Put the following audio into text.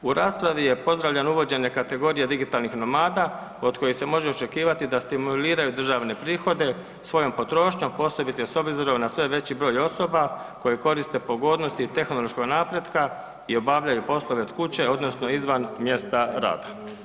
U raspravi je pozdravljeno uvođenje kategorije digitalnih nomada od kojih se može očekivati da stimuliraju državne prihode svojom potrošnjom posebice s obzirom na sve veći broj osoba koje koriste pogodnosti tehnološkog napretka i obavljaju poslove od kuće odnosno izvan mjesta rada.